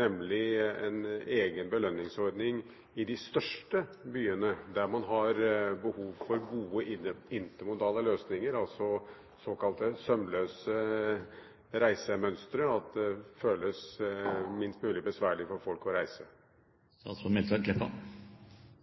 nemlig en egen belønningsordning i de største byene, der man har behov for gode og intermodale løsninger, såkalte sømløse reisemønstre, så det føles minst mulig besværlig for folk å